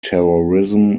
terrorism